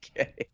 Okay